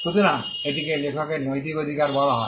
সুতরাং এটিকে লেখকের নৈতিক অধিকার বলা হয়